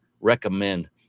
recommend